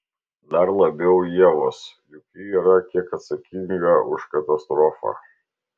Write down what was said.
dar labiau ievos juk ji yra kiek atsakinga už katastrofą